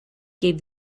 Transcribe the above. gave